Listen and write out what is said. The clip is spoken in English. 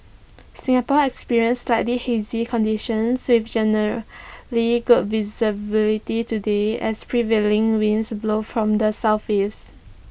Singapore experienced slightly hazy conditions with generally good visibility today as prevailing winds blow from the Southeast